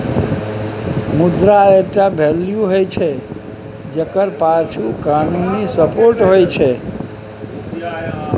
मुद्रा एकटा वैल्यू होइ छै जकर पाछु कानुनी सपोर्ट होइ छै